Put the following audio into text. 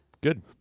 Good